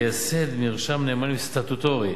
לייסד מרשם נאמנים סטטוטורי